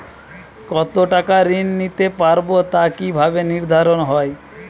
কতো টাকা ঋণ নিতে পারবো তা কি ভাবে নির্ধারণ হয়?